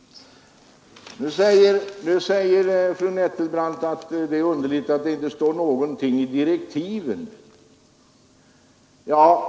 Fru Nettelbrandt finner det underligt att det inte står någonting om skattefusk i direktiven.